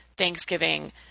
Thanksgiving